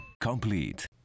complete